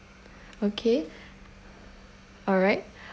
okay alright